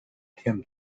tim